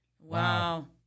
Wow